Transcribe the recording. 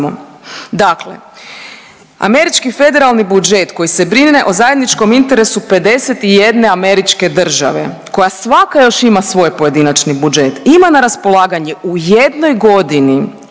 Dakle, američki federalni budžet koji se brine o zajedničkom interesu 51 američke države koja svaka još ima svoj pojedinačni budežet, ima na raspolaganje u jednoj godini